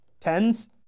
tens